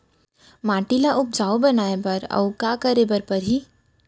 माटी ल उपजाऊ बनाए बर अऊ का करे बर परही?